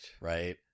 Right